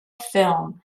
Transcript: film